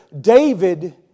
David